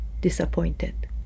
disappointed